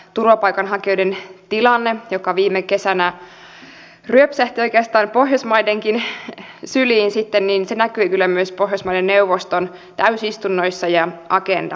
turvapaikanhakijoiden tilanne joka viime kesänä sitten ryöpsähti oikeastaan pohjoismaidenkin syliin näkyi kyllä myös pohjoismaiden neuvoston täysistunnoissa ja agendalla